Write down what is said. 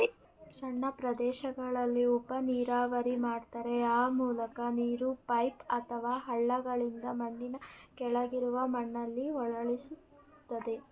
ಸಣ್ಣ ಪ್ರದೇಶಗಳಲ್ಲಿ ಉಪನೀರಾವರಿ ಮಾಡ್ತಾರೆ ಆ ಮೂಲಕ ನೀರು ಪೈಪ್ ಅಥವಾ ಹಳ್ಳಗಳಿಂದ ಮಣ್ಣಿನ ಕೆಳಗಿರುವ ಮಣ್ಣಲ್ಲಿ ಒಳನುಸುಳ್ತದೆ